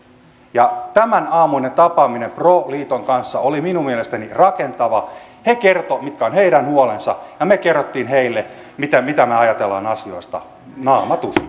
tämänaamuinen tapaaminen pro liiton kanssa oli minun mielestäni rakentava he kertoivat mitkä ovat heidän huolensa ja me kerroimme heille mitä mitä me ajattelemme asioista naamatusten